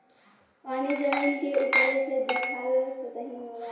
पानी जमीन के उपरे से दिखाला सतही होला